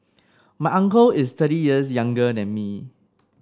my uncle is thirty years younger than me